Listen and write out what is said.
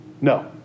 No